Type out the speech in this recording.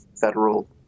federal